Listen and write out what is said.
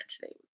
today